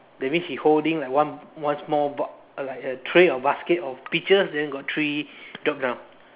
that means he holding like one one small bo~ like a tray or basket of peaches then got three drop down